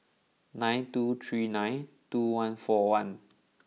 nine two three two two one four one